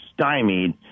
stymied